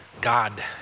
God